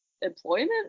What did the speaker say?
employment